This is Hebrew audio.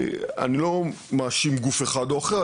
אני לא מאשים גוף אחד או אחר,